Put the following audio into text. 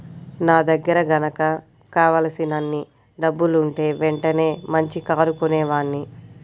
నా దగ్గర గనక కావలసినన్ని డబ్బులుంటే వెంటనే మంచి కారు కొనేవాడ్ని